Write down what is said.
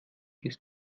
ist